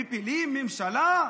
מפילים ממשלה?